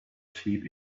sheep